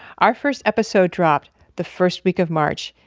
our first episode dropped the first week of march,